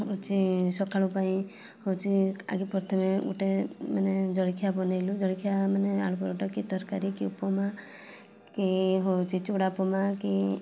ହୋଉଛି ସକାଳୁ ପାଇଁ ହେଉଛି ଆଗେ ପ୍ରଥମେ ଗୋଟେ ମାନେ ଜଳଖିଆ ବନେଇଲୁ ଜଳଖିଆ ମାନେ ଆଳୁ ପରଟା କି ତରକାରୀ କି ଉପମା କି ହେଉଛି ଚୁଡ଼ା ଉପମା କି